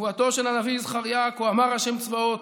נבואתו של הנביא זכריה: "כה אמר ה' צבאות,